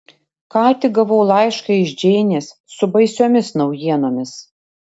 ką tik gavau laišką iš džeinės su baisiomis naujienomis